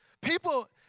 people